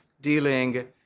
dealing